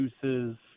juices